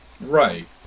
Right